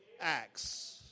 acts